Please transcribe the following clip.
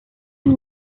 une